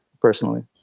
personally